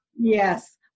Yes